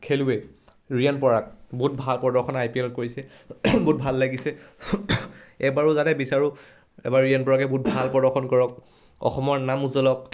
খেলুৱৈ ৰিয়ান পৰাগ বহুত ভাল প্ৰদৰ্শন আই পি এলত কৰিছে বহুত ভাল লাগিছে এইবাৰো যাতে বিচাৰোঁ এবাৰ ৰিয়ান পৰাগে বহুত ভাল প্ৰদৰ্শন কৰক অসমৰ নাম উজ্বলাওক